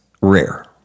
rare